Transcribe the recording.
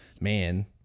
man